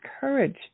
courage